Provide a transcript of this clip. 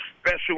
special